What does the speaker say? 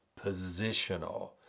positional